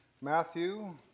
Matthew